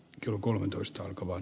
klo kolmetoista alkavan